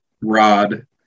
rod